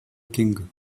king